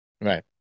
Right